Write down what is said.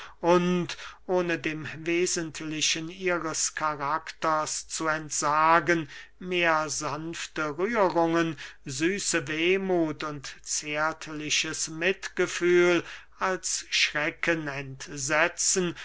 ohne dem wesentlichen ihres karakters zu entsagen mehr sanfte rührungen süße wehmuth und zärtliches mitgefühl als schrecken entsetzen